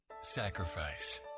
Sacrifice